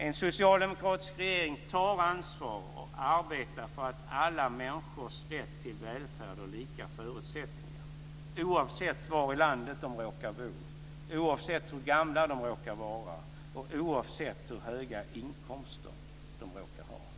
En socialdemokratisk regering tar ansvar och arbetar för alla människors rätt till välfärd och lika förutsättningar oavsett var i landet de råkar bo och oavsett hur gamla de råkar vara och oavsett hur höga inkomster de råkar ha.